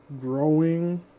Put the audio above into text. growing